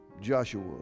Joshua